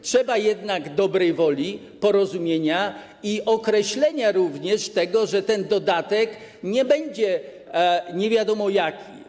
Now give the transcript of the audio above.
Trzeba jednak dobrej woli, porozumienia i określenia również tego, że ten dodatek nie będzie nie wiadomo jaki.